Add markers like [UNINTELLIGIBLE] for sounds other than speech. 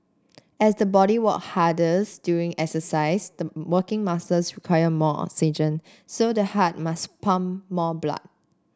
as the body work harder [UNINTELLIGIBLE] during exercise the working muscles require more oxygen so the heart must pump more blood